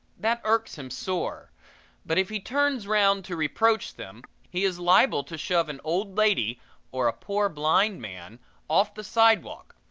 that irks him sore but if he turns round to reproach them he is liable to shove an old lady or a poor blind man off the sidewalk,